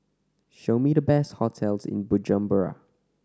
show me the best hotels in Bujumbura